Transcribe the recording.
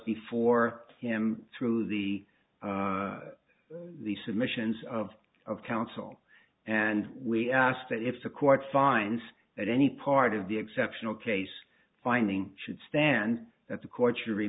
before him through the the submissions of of counsel and we ask that if the court finds that any part of the exceptional case finding should stand at the court you re